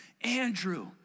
Andrew